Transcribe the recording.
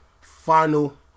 Final